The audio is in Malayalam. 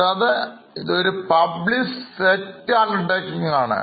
കൂടാതെ ഇത് ഒരു പബ്ലിക് Sector Undertaking ആണ്